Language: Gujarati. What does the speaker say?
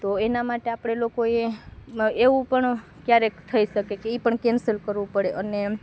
તો એના માટે આપડે લોકોએ એવું પણ ક્યારેક થઈ શકે કે એ પણ કેન્સસલ કરવું પડે અને